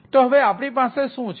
તો હવે આપણી પાસે શું છે